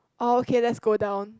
oh okay let's go down